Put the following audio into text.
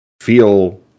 feel